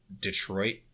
Detroit